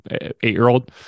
eight-year-old